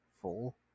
full